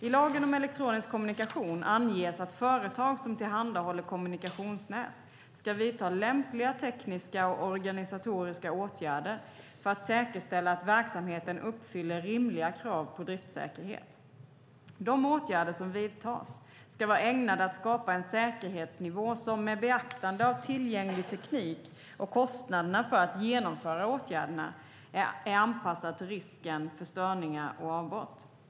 I lagen om elektronisk kommunikation anges att företag som tillhandahåller kommunikationsnät ska vidta lämpliga tekniska och organisatoriska åtgärder för att säkerställa att verksamheten uppfyller rimliga krav på driftsäkerhet. De åtgärder som vidtas ska vara ägnade att skapa en säkerhetsnivå som, med beaktande av tillgänglig teknik och kostnaderna för att genomföra åtgärderna, är anpassad till risken för störningar och avbrott.